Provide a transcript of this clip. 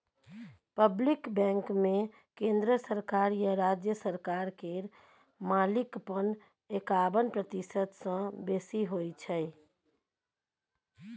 public बैंकमे केंद्र सरकार या राज्य सरकार केर मालिकपन एकाबन प्रतिशत सँ बेसी होइ छै